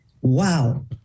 Wow